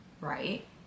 right